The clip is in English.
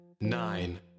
Nine